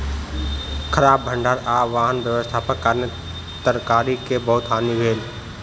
खराब भण्डार आ वाहन व्यवस्थाक कारणेँ तरकारी के बहुत हानि भेल